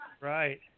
Right